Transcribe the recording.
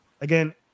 again